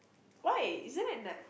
why isn't that n~